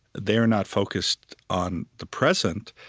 they're not focused on the present,